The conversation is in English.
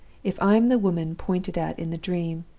if i am the woman pointed at in the dream,